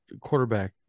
quarterback